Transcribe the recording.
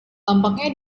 tampaknya